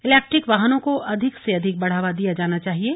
electric वाहनों को अधिक से अधिक बढ़ावा दिया जाना चाहिये